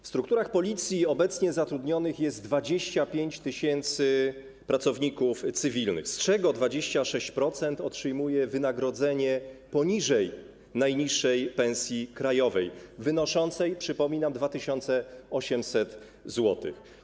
W strukturach Policji obecnie zatrudnionych jest 25 tys. pracowników cywilnych, z czego 26% otrzymuje wynagrodzenie poniżej najniższej pensji krajowej, wynoszącej - przypominam - 2800 zł.